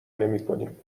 نمیکنیم